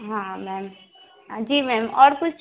हाँ मैम हाँ जी मैम और कुछ